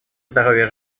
здоровья